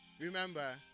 Remember